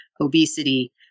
obesity